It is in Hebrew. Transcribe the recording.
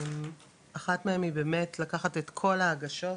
אחת מהן היא באמת לקחת את כל ההגשות,